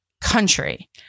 country